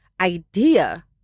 idea